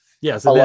Yes